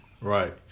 right